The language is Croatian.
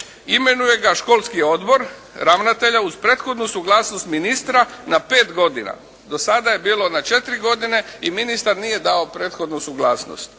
Imenuje ga školski odbor, ravnatelja uz prethodnu suglasnost ministra na pet godina. Do sada je bilo na četiri godine i ministar nije dao prethodnu suglasnost.